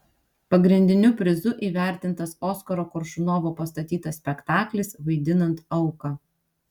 pagrindiniu prizu įvertintas oskaro koršunovo pastatytas spektaklis vaidinant auką